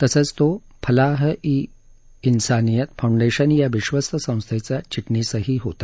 तसंच तो फलाह इ इसानियत फाउंडेशन या विश्वस्त संस्थेचा चिटणीस होता